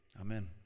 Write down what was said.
Amen